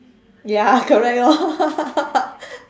ya correct lor